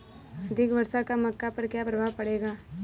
अधिक वर्षा का मक्का पर क्या प्रभाव पड़ेगा?